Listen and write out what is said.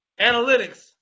analytics